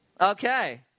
Okay